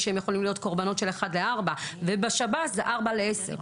ושהם יכולים להיות קורבנות של אחד לארבע; ובשב"ס ארבע לעשר.